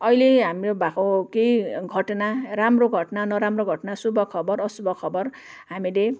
अहिले हाम्रो भएको केही घटना राम्रो घटना नराम्रो घटना शुभ खबर अशुभ खबर हामीले